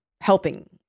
helping